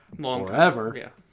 forever